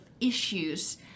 issues